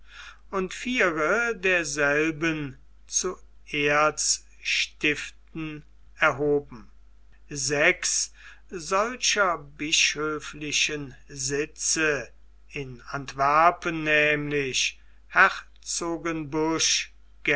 und viere derselben zu erzstiften erhoben sechs solcher bischöflichen sitze in antwerpen nämlich